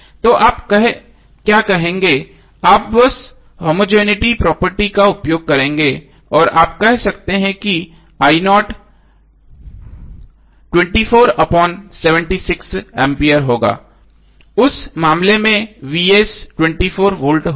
तो आप क्या करेंगे आप बस होमोजेनििटी प्रॉपर्टी का उपयोग करेंगे और आप कह सकते हैं कि A होगा जब उस मामले में V होगा